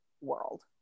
world